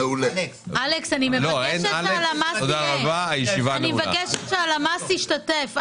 אלכס, אני מבקשת שהלמ"ס ישתתף בדיון.